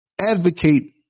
Advocate